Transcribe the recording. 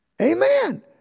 Amen